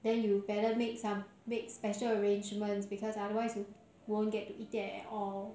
then you better make some make special arrangements because otherwise you won't get to eat it at all